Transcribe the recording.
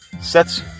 sets